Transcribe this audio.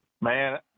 Man